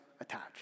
attached